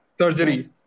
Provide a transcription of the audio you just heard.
surgery